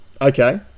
Okay